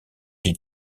des